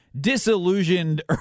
disillusioned